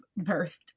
birthed